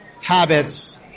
habits